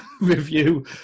review